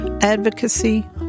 advocacy